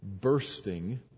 bursting